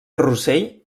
rossell